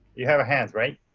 you have hands, right?